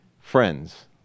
friends